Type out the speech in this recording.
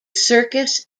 circus